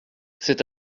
c’est